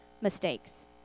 mistakes